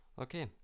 okay